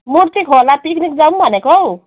मूर्ति खोला पिकनिक जाऊँ भनेको हौ